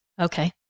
Okay